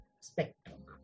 spectrum